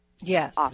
Yes